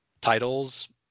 titles